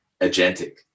agentic